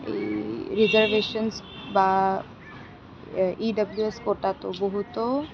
reservations বা এ E W S কোটাতো বহুতো